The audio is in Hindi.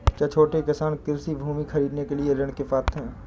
क्या छोटे किसान कृषि भूमि खरीदने के लिए ऋण के पात्र हैं?